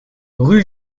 rue